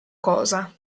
cosa